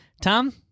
Tom